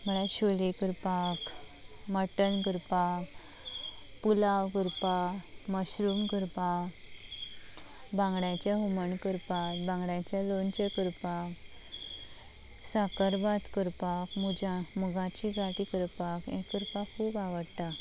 म्हळ्या शोले करपाक मटन करपा पुलाव करपा मशरूम करपा बांगड्याचें हुमण करपा बांगड्याचें लोनचें करपा साकरभात करपा मुजा मुगाची गाटी करपा हें करपा खूब आवडटा